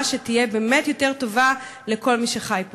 שתהיה באמת יותר טובה לכל מי שחי פה.